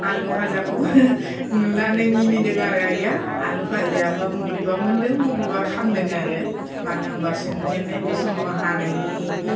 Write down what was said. आलु फाजाखौबो नुनानै मिनिदों आरो आइया आलु फाजायाबो मबेबा मोनदों बबेबा खामदों आरो मानोहोमबा संजेननाय बे समाव हानायनि